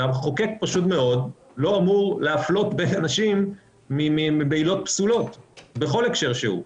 והמחוקק לא אמור להפלות בין אנשים בעילות פסולות בכל הקשר שהוא.